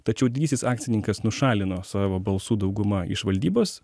tačiau didysis akcininkas nušalino savo balsų dauguma iš valdybos